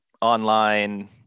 online